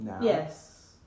Yes